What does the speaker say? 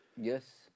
Yes